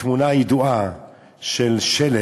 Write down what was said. התמונה הידועה של שלד,